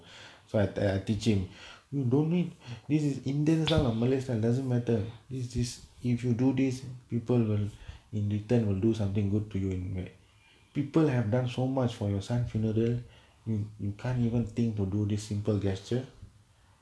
so at the I teaching don't need this is indians lah or malays lah doesn't matter is this if you do this people will in return will do something good to you in where people have done so much for your son funeral you you can't even thing to do this simple gesture